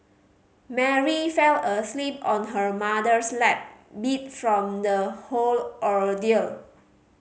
Mary fell asleep on her mother's lap beat from the whole ordeal